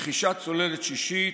לרכישת צוללת שישית,